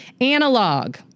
Analog